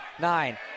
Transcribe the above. Nine